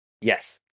Yes